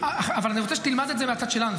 אבל אני רוצה שתלמד את זה מהצד שלנו.